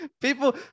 People